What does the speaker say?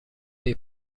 های